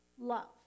love